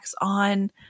on